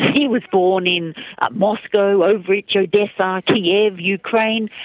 he was born in moscow, ovruch, odessa, kiev, ukraine,